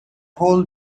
whole